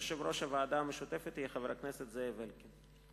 יושב-ראש הוועדה המשותפת יהיה חבר הכנסת זאב אלקין.